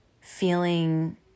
feeling